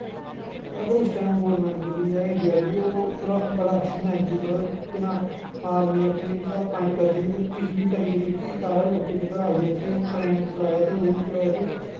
अगर government India दी उस टाईम थोह्ड़ा बड़ा ऐक्शन लैंदा मतलब केह् नांऽ आर्मी अपनी उत्थूं अप्वाईंट करदी किश बी करियै क्योंकि बाह्रा दे लोकें आइयै इत्थै क्राईम फैलाया ते ओह्दे नै केह् होआ कि